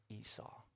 Esau